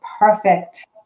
perfect